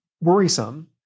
worrisome